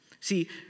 see